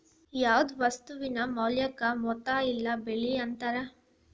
ಯಾವ್ದ್ ವಸ್ತುವಿನ ಮೌಲ್ಯಕ್ಕ ಮೊತ್ತ ಇಲ್ಲ ಬೆಲೆ ಅಂತಾರ